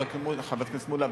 חבר הכנסת מולה,